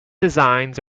designs